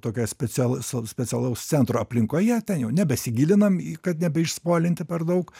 tokioje special specialaus centro aplinkoje ten jau nebesigilinam kad nebeišspoilinti per daug